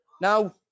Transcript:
Now